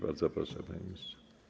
Bardzo proszę, panie ministrze.